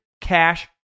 Cash